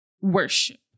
worship